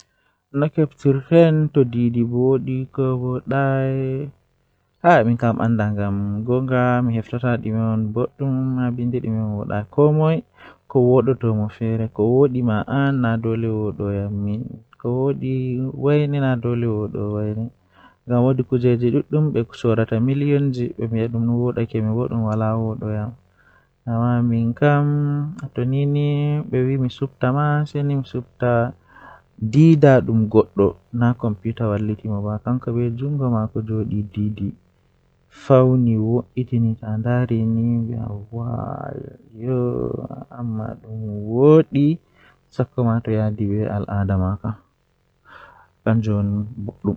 Eey, ko waɗi ko neɗɗo ɗoo waɗataa hakkunde ngoodi haalde e leydi ɗum so he saayi. Ko aduna maa waɗanaa ɗum ɗoo ɗi famataa ngam njogorde maa, e waɗal kadi, ɗum woni laawol laamu. So a heɓata ɗam ngoodi ka leydi fof e jam e nder laamu, ɗum waɗata heɓre ngoodi ɗi waɗande faamugol aduna.